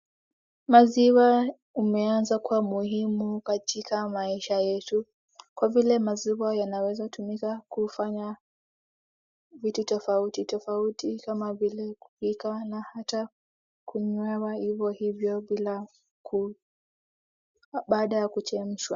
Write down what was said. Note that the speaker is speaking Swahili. Maziwa imeanza kuwa muhimu katika maisha yetu kwa vile maziwa yanaweza tumika kufanya vitu tofauti tofauti kama vile kupika na hata kunywewa vivo hivo na hata baada ya kuchemshwa.